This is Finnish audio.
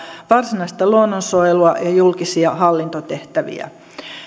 varsinaista luonnonsuojelua ja julkisia hallintotehtäviä